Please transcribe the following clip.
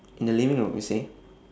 in the living room you see